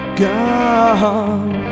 gone